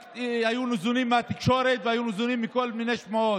רק היו ניזונים מהתקשורת והיו ניזונים מכל מיני שמועות.